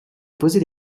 posait